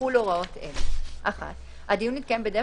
יחולו הוראות אלה: (1)הדיון יתקיים בדרך